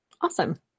Awesome